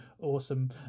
awesome